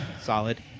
Solid